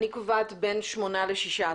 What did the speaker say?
קובעת בין שמונה ל-16.